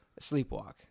sleepwalk